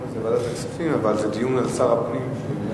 זה ועדת הכספים, אבל הדיון על שר הפנים.